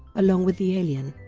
along with the alien,